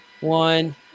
one